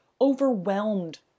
overwhelmed